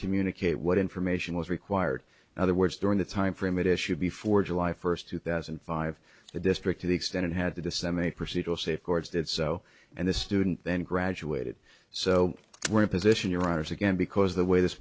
communicate what information was required other words during that timeframe it issued before july first two thousand and five the district to the extent it had to disseminate procedural safeguards did so and the student then graduated so we're in position your honour's again because the way this